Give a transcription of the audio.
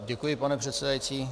Děkuji, pane předsedající.